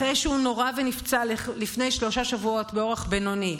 אחרי שהוא נורה ונפצע לפני שלושה שבועות באורח בינוני.